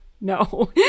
no